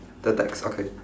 the text okay